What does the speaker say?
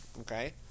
okay